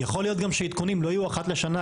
יכול להיות גם שעדכונים לא יהיו אחת לשנה.